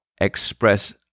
express